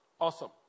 Awesome